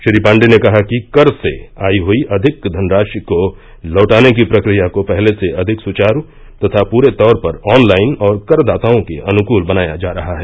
श्री पांडे ने कहा कि कर से आई हई अधिक धनराशि को लौटाने की प्रक्रिया को पहले से अधिक सुचारू तथा पूरे तौर पर ऑनलाइन और करदाताओं के अनुकूल बनाया जा रहा है